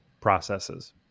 processes